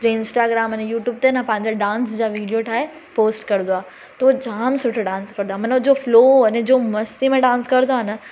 जंहिं इंस्टाग्राम अने यूट्यूब ते न पंहिंजा डांस जा विडियो ठाहे पोस्ट कंदो आहे उहो जाम सुठो डांस कंदो आहे मतलबु जो फ़्लो अने जो मस्ती में डांस कंदो आहे न